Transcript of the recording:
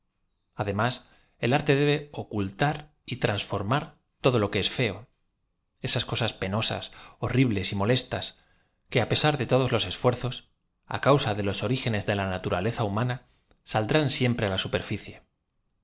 además el arte debe ocultar y transform ar todo lo que es feo esas coaas penosas horribles y molestas que á pesar de todos los eafucrzos á causa de los orígenes de la naturaleza humana saldrán siempre á la superficie